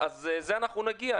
לזה אנחנו נגיע.